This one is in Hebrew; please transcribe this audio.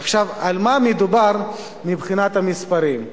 עכשיו, על מה מדובר מבחינת המספרים?